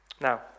Now